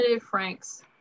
Frank's